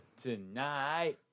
tonight